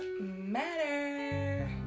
Matter